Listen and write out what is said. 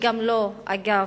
וגם לא, אגב,